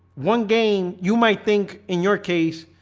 one game you might think in your case